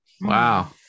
Wow